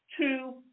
two